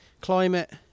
climate